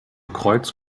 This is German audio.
kreuz